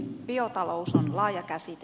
biotalous on laaja käsite